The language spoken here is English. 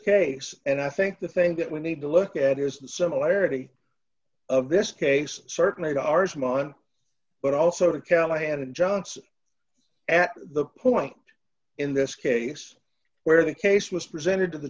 case and i think the thing that we need to look at is the similarity of this case certainly to ours mine but also to callahan and johnson at the point in this case where the case was presented to the